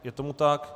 Je tomu tak.